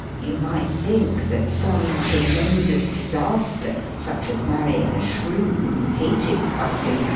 you might think that some tremendous disaster a such as marrying a shrew who hated fussing,